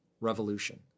revolution